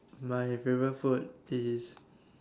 my favourite food is